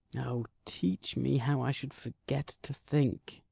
o, teach me how i should forget to think.